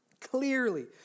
clearly